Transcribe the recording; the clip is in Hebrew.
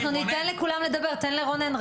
תן לרונן,